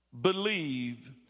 believe